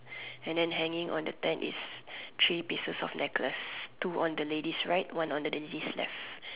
and then hanging on the tent is three pieces of necklace two on the lady's right one on the lady's left